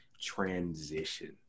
transition